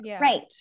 Right